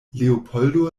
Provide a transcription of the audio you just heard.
leopoldo